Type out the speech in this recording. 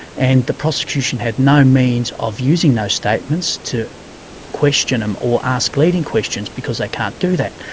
and the prosecution had no means of using those statements to question um or ask leading questions because they can't do that.